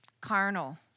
carnal